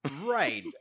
right